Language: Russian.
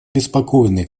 обеспокоены